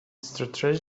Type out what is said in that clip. strangely